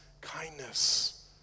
kindness